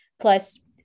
Plus